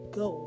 go